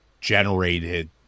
generated